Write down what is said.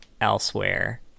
elsewhere